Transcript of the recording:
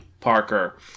Parker